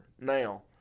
Now